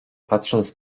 patrząc